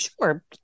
sure